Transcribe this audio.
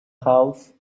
house